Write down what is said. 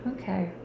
okay